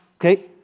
Okay